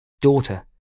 Daughter